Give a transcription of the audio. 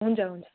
हुन्छ हुन्छ